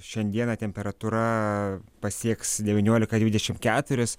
šiandieną temperatūra pasieks devyniolika dvidešim keturis